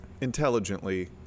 intelligently